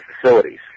facilities